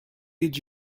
did